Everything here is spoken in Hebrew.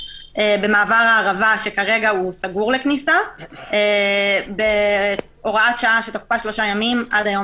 במעבר הערבה שסגור כרגע לכניסה בהוראת שעה שתוקפה שלושה ימים עד היום